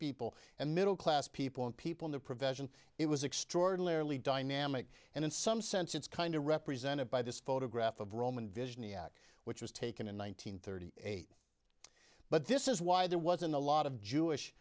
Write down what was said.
people and middle class people and people in the profession it was extraordinarily dynamic and in some sense it's kind of represented by this photograph of roman vision iraq which was taken in one nine hundred thirty eight but this is why there wasn't a lot of jewish